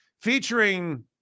featuring